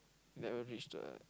never reach the